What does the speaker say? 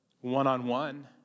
one-on-one